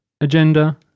agenda